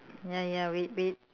ya ya wait wait